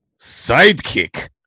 sidekick